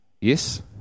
Yes